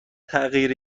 تغییر